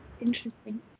Interesting